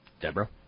Deborah